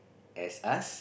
as us